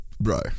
bro